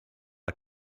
are